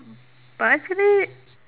but actually